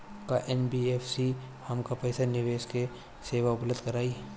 का एन.बी.एफ.सी हमके पईसा निवेश के सेवा उपलब्ध कराई?